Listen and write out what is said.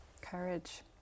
courage